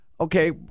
okay